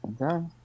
Okay